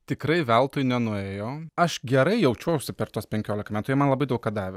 tikrai veltui nenuėjo aš gerai jaučiuosi per tuos penkioliką metų jie man labai daug ką davė